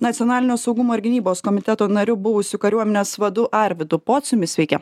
nacionalinio saugumo ir gynybos komiteto nariu buvusiu kariuomenės vadu arvydu pociumi sveiki